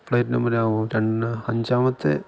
flight number ആവും രണ്ട് അഞ്ചാമത്തെ